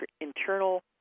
internal